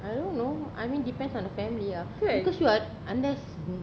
I don't know I mean depends on the family uh because you are unless